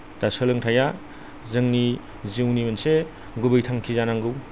दा सोलोंथाया जोंनि जिउनि मोनसे गुबै थांखि जानांगौ